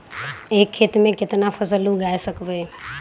एक खेत मे केतना फसल उगाय सकबै?